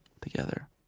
together